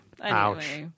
Ouch